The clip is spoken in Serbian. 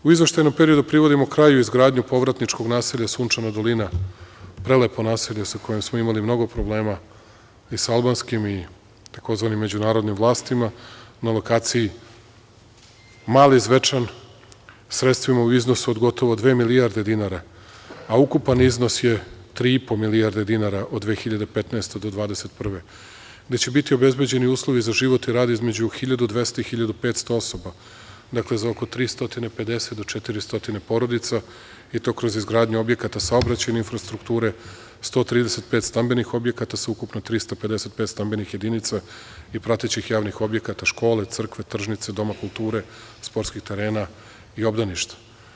U izveštajnom periodu privodimo kraju izgradnju povratničkog naselja "Sunčana dolina", prelepo naselje sa kojim smo imali mnogo problema, i sa albanskim i tzv. međunarodnim vlastima, na lokaciji Mali Zvečan, sredstvima u iznosu od gotovo dve milijarde dinara, a ukupan iznos je tri i po milijarde dinara od 2015. do 2021. godine, gde će biti obezbeđeni uslovi za život i rad između 1.200 i 1.500 osoba, dakle, za oko 350 do 400 porodica, i to kroz izgradnju objekata saobraćajne infrastrukture, 135 stambenih objekata sa ukupno 355 stambenih jedinica i pratećih javnih objekata, škole, crkve, tržnice, doma kulture, sportskih terena i obdaništa.